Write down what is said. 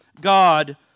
God